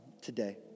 today